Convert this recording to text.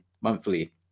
monthly